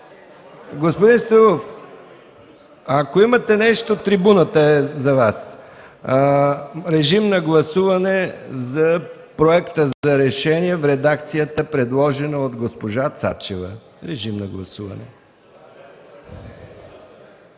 Господин Стоилов, ако имате нещо – от трибуната. Режим на гласуване за Проекта за решение в редакцията предложена от госпожа Цачева. Гласували